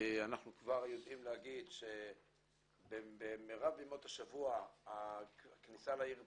אנחנו כבר יודעים להגיד שבמרב ימות השבוע הכניסה לעיר פקוקה,